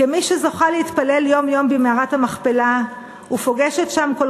כמי שזוכה להתפלל יום-יום במערת המכפלה ופוגשת שם כל